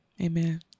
amen